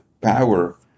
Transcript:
power